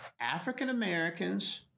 African-Americans